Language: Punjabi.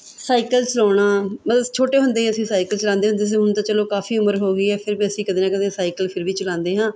ਸਾਈਕਲ ਚਲਾਉਣਾ ਮਤਲਬ ਛੋਟੇ ਹੁੰਦੇ ਅਸੀਂ ਸਾਈਕਲ ਚਲਾਉਂਦੇ ਹੁੰਦੇ ਸੀ ਹੁਣ ਤਾਂ ਚਲੋ ਕਾਫ਼ੀ ਉਮਰ ਹੋ ਗਈ ਹੈ ਫਿਰ ਵੀ ਅਸੀਂ ਕਦੇ ਨਾ ਕਦੇ ਸਾਈਕਲ ਫਿਰ ਵੀ ਚਲਾਉਂਦੇ ਹਾਂ